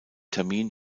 termin